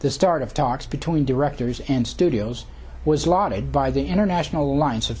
the start of talks between directors and studios was lauded by the international alliance of